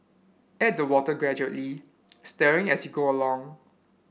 add the water gradually stirring as you go along